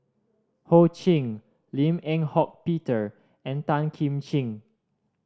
Ho Ching Lim Eng Hock Peter and Tan Kim Ching